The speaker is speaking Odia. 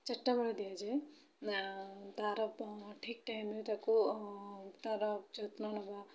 ଚାରିଟା ବେଳେ ଦିଆଯାଏ ତା'ର ଠିକ୍ ଟାଇମ୍ରେ ତାକୁ ତା'ର ଯତ୍ନ ନେବା